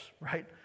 right